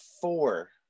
four